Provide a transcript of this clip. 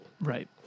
Right